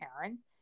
parents